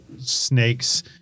Snakes